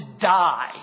die